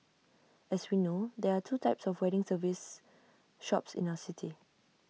as we know there are two types of wedding service shops in our city